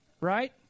right